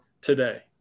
today